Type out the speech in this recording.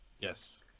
Yes